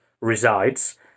resides